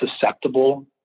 susceptible